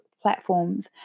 platforms